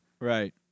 right